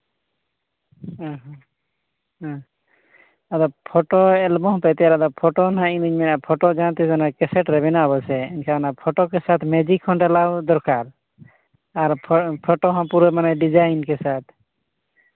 ᱦᱮᱸ ᱦᱮᱸ ᱦᱮᱸ ᱟᱫᱚ ᱯᱷᱳᱴᱳ ᱮᱞᱵᱟᱢ ᱦᱚᱸᱯᱮ ᱛᱮᱭᱟᱨᱫᱟ ᱯᱷᱳᱴᱳ ᱱᱟᱦᱟᱜ ᱤᱧᱫᱩᱧ ᱢᱮᱱᱮᱫ ᱯᱷᱳᱴᱳ ᱡᱟᱦᱟᱸ ᱛᱤᱥ ᱚᱱᱮ ᱠᱮᱥᱮᱴ ᱨᱮ ᱵᱮᱱᱟᱣ ᱯᱮᱥᱮ ᱮᱱᱠᱷᱟᱡ ᱯᱷᱳᱴᱳ ᱠᱮᱥᱮᱴ ᱢᱤᱭᱩᱡᱤᱠ ᱦᱚᱸ ᱰᱟᱞᱟᱣ ᱫᱚᱨᱠᱟᱨ ᱟᱨ ᱯᱷᱳᱴᱳ ᱦᱚᱸ ᱯᱩᱨᱟᱹ ᱰᱤᱡᱟᱭᱤᱱ ᱠᱮ ᱥᱟᱛᱷ